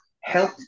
help